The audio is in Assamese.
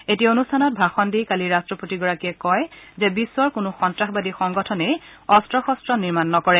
এটি অনুষ্ঠানত ভাষণ দি কালি ৰাট্টপতি গৰাকীয়ে কয় যে বিশ্বৰ কোনো সন্তাসবাদী সংগঠনেই অস্ত্ৰ শস্ত্ৰ নিৰ্মাণ নকৰে